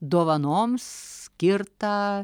dovanoms skirtą